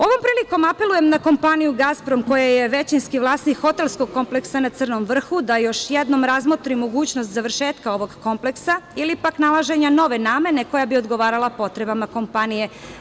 Ovom prilikom apelujem na kompaniju Gasprom, koja je većinski vlasnik hotelskog kompleksa na Crnom vrhu, da još jednom razmotri mogućnost završetka ovog kompleksa ili pak nalaženja nove namene koja bi odgovarala potrebama kompanije.